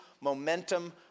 Momentum